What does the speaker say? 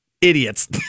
Idiots